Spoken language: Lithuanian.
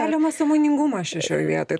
keliamas sąmoningumas šio šioj vietoj